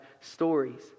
stories